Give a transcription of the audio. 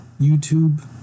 YouTube